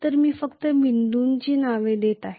तर मी फक्त या बिंदूंची नावे देत आहे